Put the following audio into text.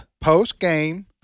Post-game